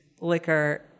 liquor